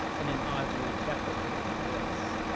in an oddly deprecating voice.